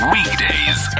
Weekdays